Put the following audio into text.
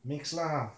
mix lah